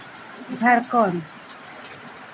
Jharkhand